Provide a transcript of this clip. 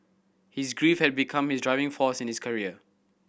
his grief had become his driving force in his career